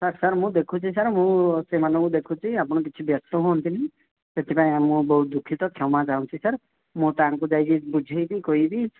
sir sir ମୁଁ ଦେଖୁଛି sir ମୁଁ ସେମାନଙ୍କୁ ଦେଖୁଛି ଆପଣ କିଛି ବ୍ୟସ୍ତ ହୁଅନ୍ତୁନି ସେଥିପାଇଁ ଆମ ବହୁତ ଦୁଃଖିତ କ୍ଷମା ଚାହୁଁଛି ସାର୍ ମୁଁ ତାଙ୍କୁ ଯାଇ କି ବୁଝେଇ କହିବି